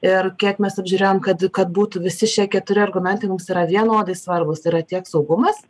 ir kiek mes apžiūrėjom kad kad būtų visi šie keturi argumentai mums yra vienodai svarbūs yra tiek saugumas